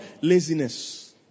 laziness